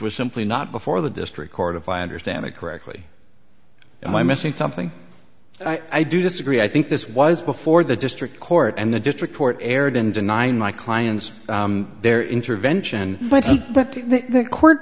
was simply not before the district court of i understand it correctly and i'm missing something i do disagree i think this was before the district court and the district court erred in denying my client's their intervention but the court